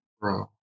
bro